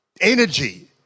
energy